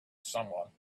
someone